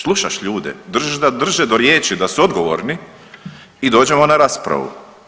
Slušaš ljude, držiš da drže do riječi da su odgovorni i dođemo na raspravu.